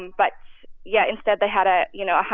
but yeah, instead they had a you know,